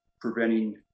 preventing